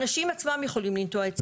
האנשים עצמם יכולים לנטוע עצים.